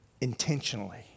intentionally